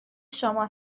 شما